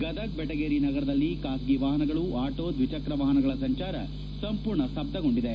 ಗದಗ ಬೆಟಗೇರಿ ನಗರದಲ್ಲಿ ಖಾಸಗಿ ವಾಹನಗಳು ಆಟೋ ದ್ವಿಚಕ್ರ ವಾಹನಗಳ ಸಂಚಾರ ಸಂಪೂರ್ಣ ಸ್ತಬ್ದಗೊಂಡಿದೆ